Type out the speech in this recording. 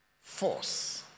force